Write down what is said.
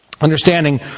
Understanding